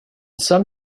some